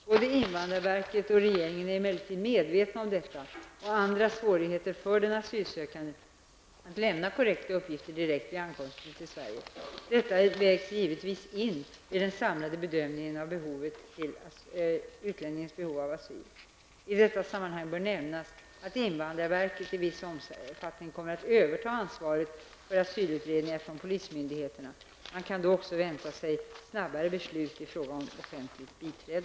Både invandrarverket och regeringen är emellertid medvetna om detta och andra svårigheter för den asylsökande att lämna korrekta uppgifter direkt vid ankomsten till Sverige. Detta vägs givetvis in vid den samlade bedömningen av utlänningens behov av asyl. I detta sammanhang bör nämnas att invandrarverket i viss omfattning kommer att överta ansvaret för asylutredningar från polismyndigheterna. Man kan då också vänta sig snabbare beslut i fråga om offentligt biträde.